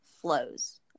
flows